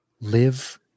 Live